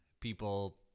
people